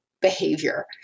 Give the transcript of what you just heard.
behavior